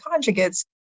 conjugates